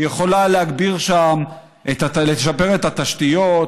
היא יכולה לשפר את התשתיות,